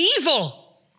evil